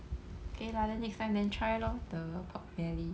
okay lah then next time then try lor the pork belly